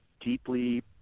Deeply